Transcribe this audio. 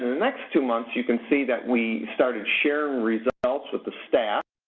next two months you can see that we started sharing results with the staff.